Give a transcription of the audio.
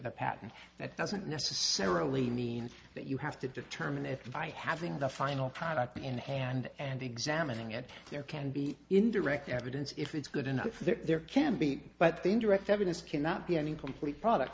the patent that doesn't necessarily mean that you have to determine if by having the final product in hand and examining it there can be indirect evidence if it's good enough there can be but the indirect evidence cannot be an incomplete product